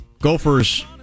Gophers